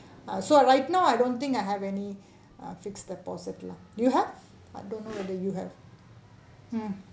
so right now I don't think I have any uh fixed deposit lah do you have I don't know whether you have mm